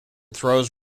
throws